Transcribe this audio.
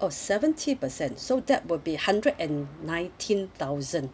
oh seventy per cent so that will be hundred and nineteen thousand